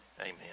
amen